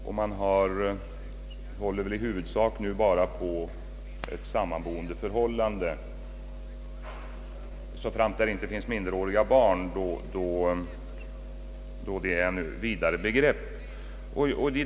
Nu kräver man väl i huvudsak bara ett sammanboendeförhållande, såframt det inte finns minderåriga barn, då begreppet är vidare.